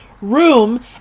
room